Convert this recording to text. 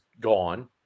gone